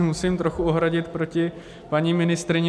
Musím se trochu ohradit proti paní ministryni.